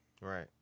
Right